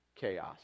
Chaos